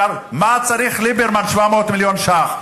מה צריך ליברמן 700 מיליון שקלים?